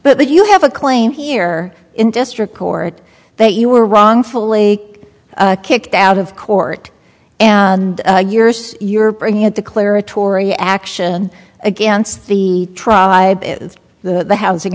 but you have a claim here in district court that you were wrongfully kicked out of court and years you're bringing at the clara tory action against the tribe the housing